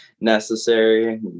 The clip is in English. necessary